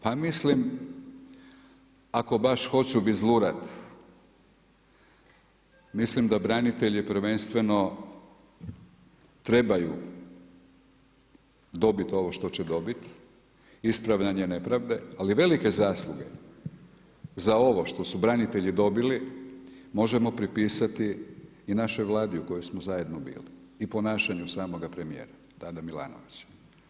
Pa mislim, ako baš hoću biti zlurad, mislim da branitelji prvenstveno trebaju dobiti ovo što će dobiti, ispravljanje nepravde, ali velike zasluge za ovo što su branitelji dobili, možemo pripisati i našoj Vladi u kojoj smo zajedno bili i ponašanje samoga premjera, tada Milanovića.